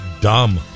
dumb